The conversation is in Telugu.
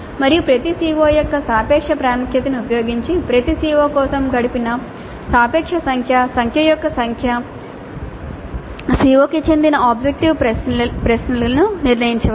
మరియు ప్రతి CO యొక్క సాపేక్ష ప్రాముఖ్యతను ఉపయోగించి ప్రతి CO కోసం గడిపిన సాపేక్ష సంఖ్య సంఖ్య యొక్క సంఖ్య CO కి చెందిన ఆబ్జెక్టివ్ ప్రశ్నలను నిర్ణయించవచ్చు